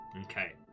Okay